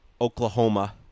Oklahoma